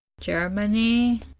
Germany